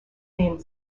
named